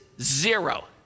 zero